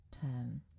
term